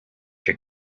your